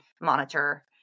monitor